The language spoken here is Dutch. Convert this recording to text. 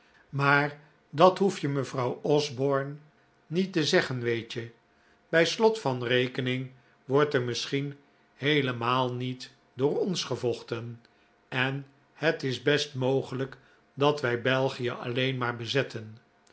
maar dat hoef je mevrouw osborne niet te zeggen weet je bij slot van rekening wordt er misschien heelemaal niet door ons gevochten en het is best mogelijk dat wij belgie alleen maar bezetten